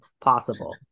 possible